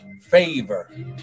Favor